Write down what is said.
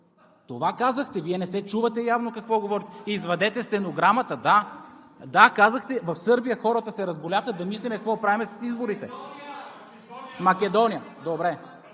Това казахте, Вие не се чувате явно какво говорите. Извадете стенограмата. Да, казахте: в Сърбия хората се разболяха, да мислим какво да правим с изборите. (Реплики: „Македония,